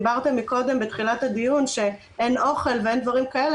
דיברתם קודם בתחילת הדיון שאין אוכל ואין דברים כאלה,